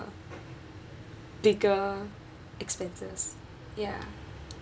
bigger expenses ya